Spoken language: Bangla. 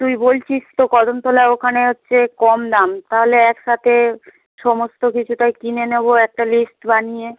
তুই বলছিস তো কদমতলায় ওখানে হচ্ছে কম দাম তাহলে একসাথে সমস্ত কিছুটাই কিনে নেবো একটা লিস্ট বানিয়ে